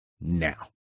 Now